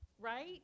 right